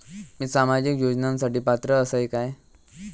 मी सामाजिक योजनांसाठी पात्र असय काय?